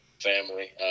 family